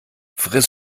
friss